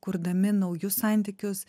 kurdami naujus santykius